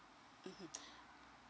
mmhmm